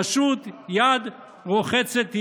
פשוט יד רוחצת יד.